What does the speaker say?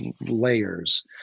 layers